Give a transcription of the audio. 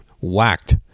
whacked